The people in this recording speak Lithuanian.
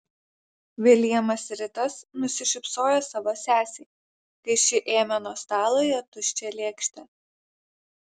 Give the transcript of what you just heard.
viljamas ritas nusišypsojo savo sesei kai ši ėmė nuo stalo jo tuščią lėkštę